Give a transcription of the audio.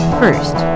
first